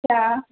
ਅੱਛਾ